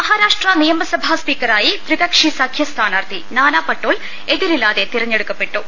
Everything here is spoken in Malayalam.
മഹാരാഷ്ട്ര നിയമസഭാ സ്പീക്കറായി ത്രികക്ഷിസഖ്യ സ്ഥാനാർത്ഥി നാനാപട്ടോൾ എതിരില്ലാതെ തെരഞ്ഞെടു ക്കപ്പെട്ടു